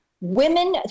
women